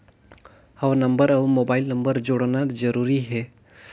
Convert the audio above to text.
हव नंबर अउ mobile number जोड़ना जरूरी हे?